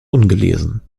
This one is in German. ungelesen